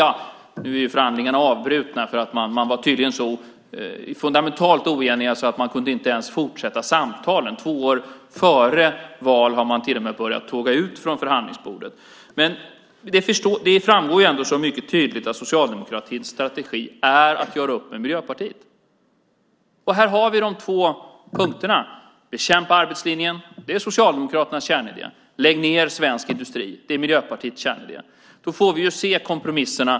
Ja, nu är förhandlingarna avbrutna, för de var tydligen så fundamentalt oeniga att man inte ens kunde fortsätta samtalen. Två år före val har man till och med börjat tåga ut från förhandlingsbordet. Det framgår ändå mycket tydligt att socialdemokratins strategi är att göra upp med Miljöpartiet. Här har vi de två punkterna: Bekämpa arbetslinjen - det är Socialdemokraternas kärnidé - och lägg ned svensk basindustri - det är Miljöpartiets kärnidé. Då får vi se kompromisserna.